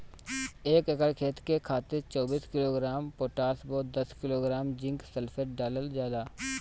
एक एकड़ खेत खातिर चौबीस किलोग्राम पोटाश व दस किलोग्राम जिंक सल्फेट डालल जाला?